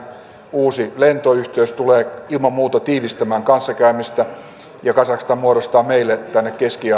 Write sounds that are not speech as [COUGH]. uusi lentoyhteys tulee ilman muuta tiivistämään kanssakäymistä ja kazakstan muodostaa meille keski [UNINTELLIGIBLE]